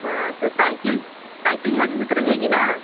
हाँ तो cycle cycle मज़बूत रहेगी ना